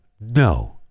no